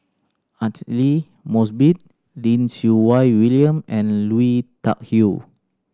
Aidli Mosbit Lim Siew Wai William and Lui Tuck Yew